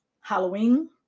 halloween